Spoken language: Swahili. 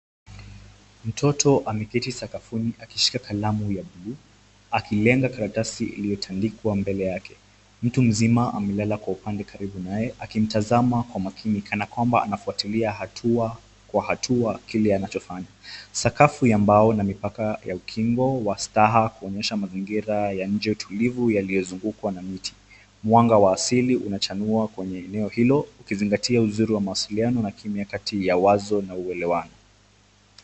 Mtoto ameketi sakafuni akishika kalamu ya bluu, akilenga karatasi iliotandikwa mbele yake. Mtu mzima amelala kwa upande karibu naye akimtazama kwa umakini kana kwamba anafwatilia hatua kwa hatua kile anacho fanya. Sakafu ya mbao na mipaka ya ukingo wa staa kuonyesha mazingira ya nje utulivu yaliozungungwa na miti. Mwanga wa asili unachanua kwenye eneo ukizingatia uzuri wa mawasiliano na kimya kati wazo na uweleano.